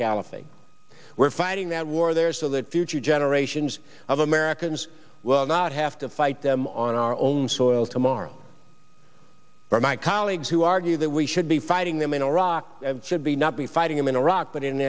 caliphate we're fighting that war there so that future generations of americans will not have to fight them on our own soil tomorrow or my colleagues who argue that we should be fighting them in iraq should be not be fighting in iraq but in